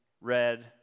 red